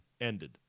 ended